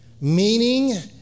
meaning